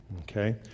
Okay